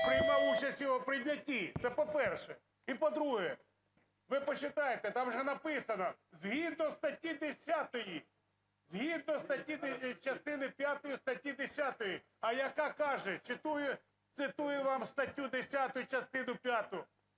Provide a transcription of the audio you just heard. приймав участь у його прийнятті. Це по-перше. І, по-друге, ви почитайте, там же написано, згідно статті 10… згідно частини п'ятої статті 10, яка каже, цитую вам статтю 10 (частину